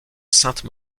sainte